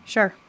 Sure